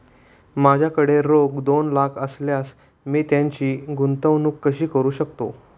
माझ्याकडे रोख दोन लाख असल्यास मी त्याची गुंतवणूक कशी करू शकतो?